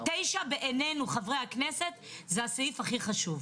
9 בעינינו, חברי הכנסת, זה הסעיף הכי חשוב.